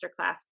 Masterclass